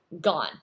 gone